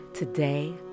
Today